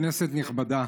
כנסת נכבדה,